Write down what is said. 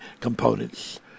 components